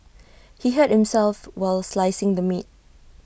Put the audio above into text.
he hurt himself while slicing the meat